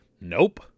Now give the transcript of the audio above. Nope